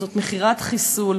זו מכירת חיסול,